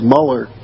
Mueller